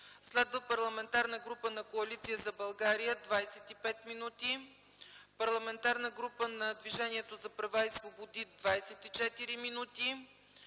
Следват: Парламентарната група на Коалиция за България – 25 минути; Парламентарната група на „Движението за права и свободи” – 24 минути;